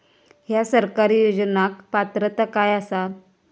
हया सरकारी योजनाक पात्रता काय आसा?